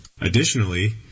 Additionally